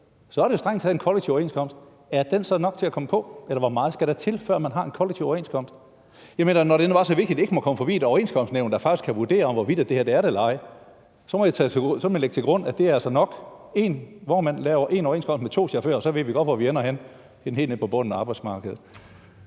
så er det strengt taget en kollektiv overenskomst – så er det nok til, at den kommer på listen, eller hvor meget skal der til, før man har en kollektiv overenskomst? Jeg mener, når det nu var så vigtigt, at det ikke måtte komme forbi et overenskomstnævn, der faktisk kan vurdere, hvorvidt det er det eller ej, så må jeg lægge til grund, at det altså er nok, at en vognmand laver en overenskomst med to chauffører. Så ved vi godt, hvor vi ender henne, nemlig helt nede på bunden af arbejdsmarkedet.